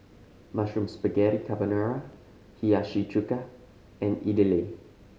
Mushroom Spaghetti Carbonara Hiyashi Chuka and Idili